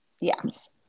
Yes